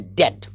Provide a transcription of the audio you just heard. dead